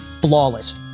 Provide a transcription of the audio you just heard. flawless